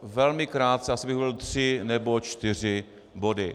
Velmi krátce, asi bych volil tři nebo čtyři body.